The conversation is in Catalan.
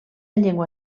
llengua